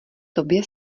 tobě